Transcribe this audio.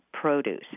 produce